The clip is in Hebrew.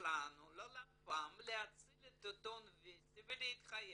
שלנו ללפ"מ להציל את עיתון וסטי ולהתחייב,